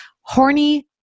Horny